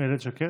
אילת שקד,